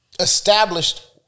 Established